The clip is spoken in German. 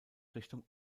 richtung